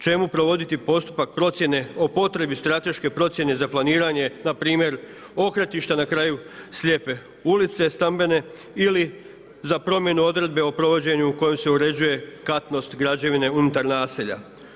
Čemu provoditi postupak procjene o potrebi strateške procjene za planiranje, npr. okretišta na kraju slijepe ulice, stambene ili za promjenu, odredbe o provođenju kojom se uređuje katnost građevine unutar naselja.